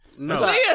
No